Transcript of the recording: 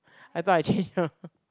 I thought I changed